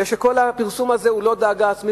מפני שכל הפרסום הזה הוא לא דאגה עצמית,